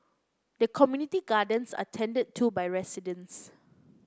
the community gardens are tended to by residents